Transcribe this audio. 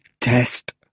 test